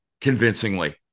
convincingly